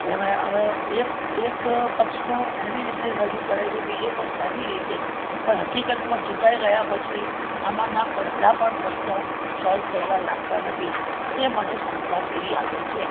એમાં હવે એક એક પક્ષ એની રીતે રજુ કરે છે બીજો પક્ષ એની રીતે પણ હકીકતમાં ચૂંટાઈ ગયા પછી આમાંના અડધા પ્રશ્નો પણ સોલ્વ થયેલા લાગતા નથી એ મને શંકાશીલ લાગે છે